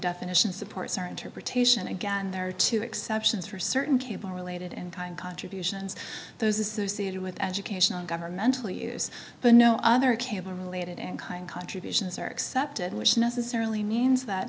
definition supports our interpretation again there are two exceptions for certain cuban related and kind contributions those associated with educational governmental use but no other cable related in kind contributions are accepted which necessarily means that